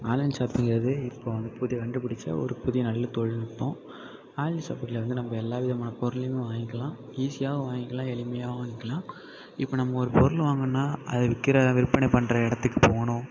online ஷாப்பிங்கிறது இப்போ புதிய கண்டுபிடிச்ச ஒரு புதிய நல்ல தொழில்நுட்பம் ஆன்லைன் ஷாப்பிங்கில் வந்து நம்ப எல்லா விதமான பொருளையுமும் வாங்கிக்கலாம் ஈஸியாகவும் வாங்கிக்கலாம் எளிமையாகவும் வாங்கிக்கலாம் இப்போ நம்ம ஒரு பொருள் வாங்குணுன்னா அது விற்கிற விற்பனை பண்ணுற இடத்துக்கு போனோம்